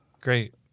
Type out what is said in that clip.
Great